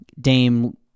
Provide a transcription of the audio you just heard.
Dame